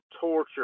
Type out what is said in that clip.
torture